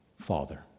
Father